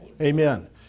Amen